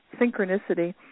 synchronicity